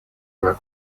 were